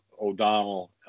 O'Donnell